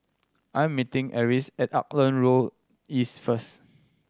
I am meeting Arlis at Auckland Road East first